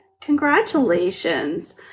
Congratulations